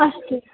अस्तु